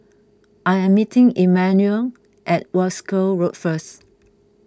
I am meeting Emmanuel at Wolskel Road first